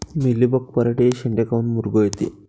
Mealybug पराटीचे चे शेंडे काऊन मुरगळते?